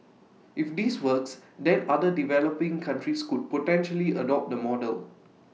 if this works then other developing countries could potentially adopt the model